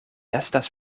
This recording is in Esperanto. estas